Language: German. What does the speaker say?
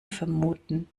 vermuten